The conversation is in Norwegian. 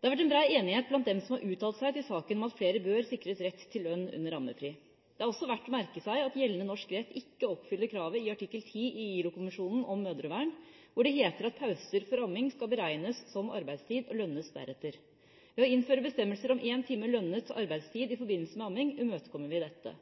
Det har vært en bred enighet blant dem som har uttalt seg i saken om at flere bør sikres rett til lønn under ammefri. Det er også verdt å merke seg at gjeldende norsk rett ikke oppfyller kravet i artikkel 10 i ILO-konvensjonen om mødrevern, hvor det heter at pauser for amming skal beregnes som arbeidstid og lønnes deretter. Ved å innføre bestemmelser om en time lønnet arbeidstid i forbindelse med amming, imøtekommer vi dette.